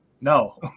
no